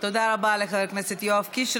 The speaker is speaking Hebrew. תודה רבה לחבר הכנסת יואב קיש.